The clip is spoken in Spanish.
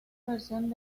versión